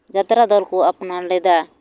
ᱡᱟᱛᱨᱟ ᱫᱚᱞ ᱠᱚ ᱟᱯᱱᱟᱨ ᱞᱮᱫᱟ